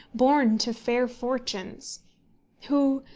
born to fair fortunes who,